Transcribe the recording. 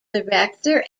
director